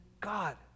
God